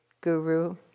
guru